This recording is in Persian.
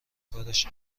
کارش